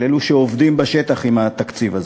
לאלו שעובדים בשטח עם התקציב הזה?